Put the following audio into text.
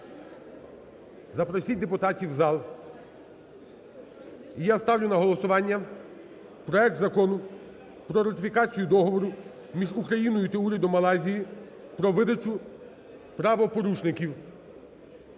запросіть депутатів в зал. І я ставлю на голосування проект Закону про ратифікацію Договору між Україною та Урядом Малайзії про видачу правопорушників